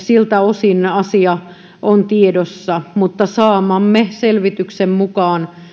siltä osin asia on tiedossa mutta saamamme selvityksen mukaan